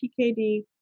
PKD